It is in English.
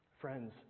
Friends